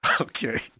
Okay